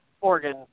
Oregon